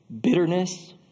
bitterness